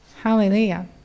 Hallelujah